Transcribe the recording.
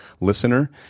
listener